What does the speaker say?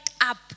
up